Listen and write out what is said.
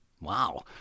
Wow